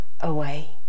away